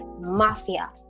mafia